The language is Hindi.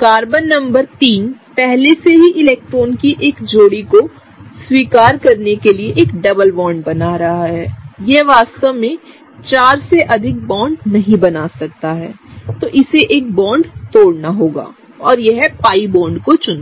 कार्बन नंबर 3 पहले से हीइलेक्ट्रॉन की एक जोड़ीकोस्वीकारकरने केलिएएक डबल बॉन्ड बना रहा है यह वास्तव में 4 से अधिक बॉन्ड नहीं बन सकता है तो इसे एक बॉन्ड तोड़ना होगा और यह pi बॉन्ड को चुनता है